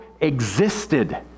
existed